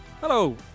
Hello